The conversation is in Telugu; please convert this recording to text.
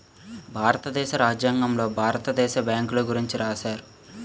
భారతదేశ రాజ్యాంగంలో భారత దేశ బ్యాంకుల గురించి రాశారు